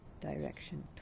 Direction